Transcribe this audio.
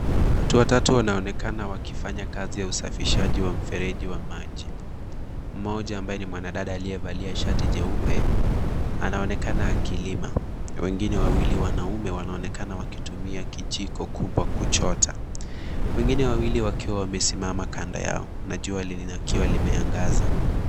Watu watatu wanaonekana wanakifanya kazi ya usafishaji wa mfereji wa maji, mmoja ambaye ni mwanadada aliyevalia shati jeupe anaonekana akilima. wengine wawili wanaume wanaonekana wakitumia kijiko kubwa kuchota. Wengine wawili wakiwa wamesimama kando yao na jua likiwa limeangaza.